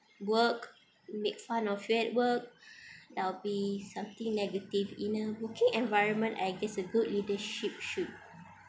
work make fun of you at work that'll be something negative in a working environment I guess good leadership should